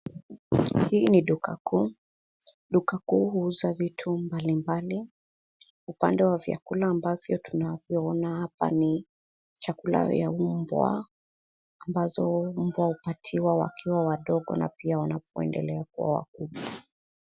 Hii ni duka kuu duka kuu huuza vitu mbalimbali, upande wa vyakula ambavyo tunavyoona hapa ni chakula ya mbwa ambazo upatiwa wakiwa wadogo na pia wanapoendelea kuwa wakubwa.